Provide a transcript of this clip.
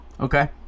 okay